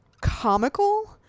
comical